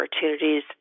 opportunities